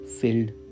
filled